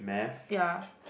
ya